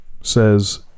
says